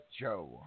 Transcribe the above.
Joe